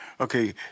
Okay